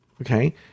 Okay